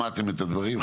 שמעתם את הדברים,